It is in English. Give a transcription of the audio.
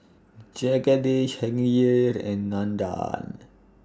Jagadish Hangirr and Nandan